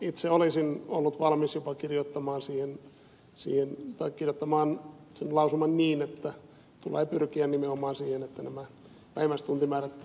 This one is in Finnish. itse olisin ollut valmis jopa kirjoittamaan sen lausuman niin että tulee pyrkiä nimenomaan siihen että nämä vähimmäistuntimäärät poistetaan